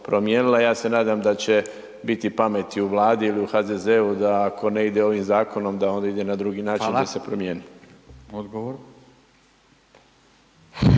Ja se nadam da će biti pameti u Vladi ili HDZ-u da ako ne ide ovim zakonom da onda ide na drugi način da se promijeni. **Radin, Furio